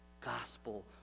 gospel